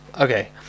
Okay